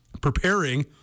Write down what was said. preparing